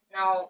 Now